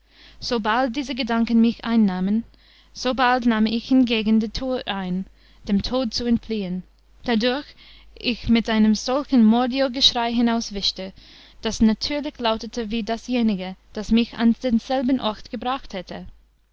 sobald diese gedanken mich einnahmen so bald nahm ich hingegen die tür ein dem tod zu entfliehen dadurch ich mit einem solchen mordiogeschrei hinauswischte das natürlich lautete wie dasjenige das mich an denselben ort gebracht hatte